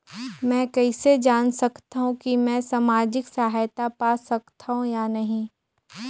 मै कइसे जान सकथव कि मैं समाजिक सहायता पा सकथव या नहीं?